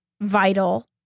vital